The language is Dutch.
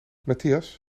matthias